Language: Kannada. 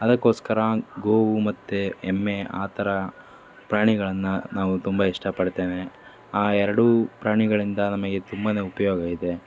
ಅದಕ್ಕೋಸ್ಕರ ಗೋವು ಮತ್ತು ಎಮ್ಮೆ ಆ ಥರ ಪ್ರಾಣಿಗಳನ್ನು ನಾವು ತುಂಬ ಇಷ್ಟಪಡ್ತೇನೆ ಆ ಎರಡೂ ಪ್ರಾಣಿಗಳಿಂದ ನಮಗೆ ತುಂಬ ಉಪಯೋಗ ಇದೆ